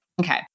Okay